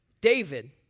David